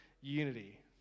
unity